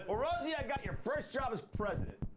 ah rosie, i got your first job as president.